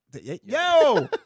Yo